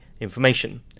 information